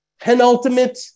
penultimate